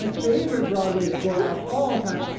um favorite broadway score of all time